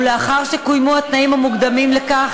ולאחר שקוימו התנאים המוקדמים לכך,